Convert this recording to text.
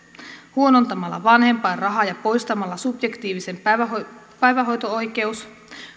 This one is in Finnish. huonontamalla vanhempainrahaa ja poistamalla subjektiivinen päivähoito päivähoito oikeus